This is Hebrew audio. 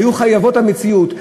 הן היו חייבות המציאות.